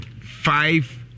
five